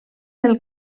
del